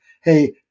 hey